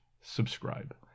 subscribe